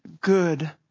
good